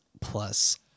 plus